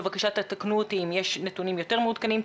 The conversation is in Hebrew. בבקשה תתקנו אותי אם יש נתונים יותר מעודכנים,